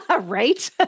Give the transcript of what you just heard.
Right